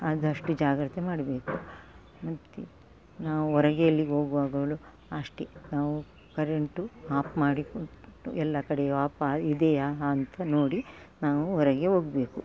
ಆದಷ್ಟು ಜಾಗ್ರತೆ ಮಾಡಬೇಕು ಮತ್ತೆ ನಾವು ಹೊರಗೆ ಎಲ್ಲಿಗೆ ಹೋಗುವಾಗಲೂ ಅಷ್ಟೆ ನಾವು ಕರೆಂಟು ಆಫ್ ಮಾಡಿ ಎಲ್ಲ ಕಡೆಯೂ ಆಫ ಇದೆಯಾ ಅಂತ ನೋಡಿ ನಾವು ಹೊರಗೆ ಹೋಗಬೇಕು